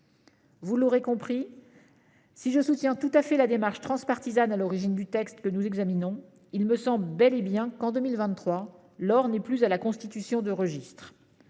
Vous l'aurez compris, si je soutiens tout à fait la démarche transpartisane à l'origine du texte que nous examinons, il me semble bel et bien qu'en 2023, l'heure n'est plus à la constitution de registres